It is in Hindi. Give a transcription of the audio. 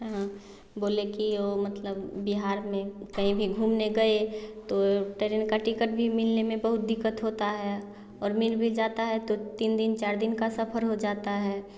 हाँ बोले की ओ मतलब बिहार में कहीं भी घूमने गए तो टरेन का टिकट भी मिलने में बहुत दिक़्क़त होता है और मिल भी जाता है तो तीन दिन चार दिन का सफ़र हो जाता है